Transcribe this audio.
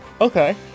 Okay